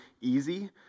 easy